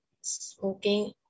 smoking